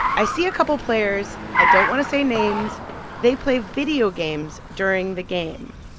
i see a couple of players i don't want to say names they play video games during the game.